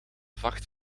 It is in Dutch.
vacht